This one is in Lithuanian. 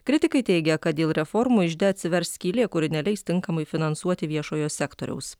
kritikai teigia kad dėl reformų ižde atsivers skylė kuri neleis tinkamai finansuoti viešojo sektoriaus